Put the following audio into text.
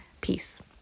Peace